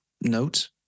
note